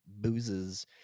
boozes